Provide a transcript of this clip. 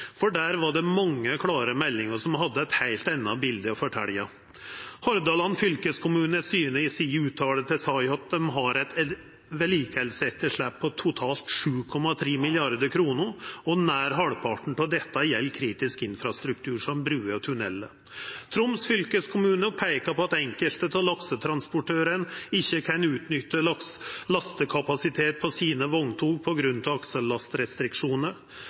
for der var det mange klare meldingar som hadde eit heilt anna bilete å fortelja. Hordaland fylkeskommune syner i sine fråsegn om saka til at dei har eit vedlikehaldsetterslep på totalt 7,3 mrd. kr, og nær halvparten av dette gjeld kritisk infrastruktur, som bruer og tunnelar. Troms fylkeskommune peiker på at enkelte av laksetransportørane ikkje kan utnytta lastekapasiteten på sine vogntog på grunn av aksellastrestriksjonar.